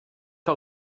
que